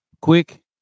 Quick